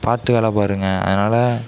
பார்த்து வேலை பாருங்கள் அதனாலே